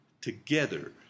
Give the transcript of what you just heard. together